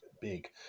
big